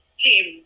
team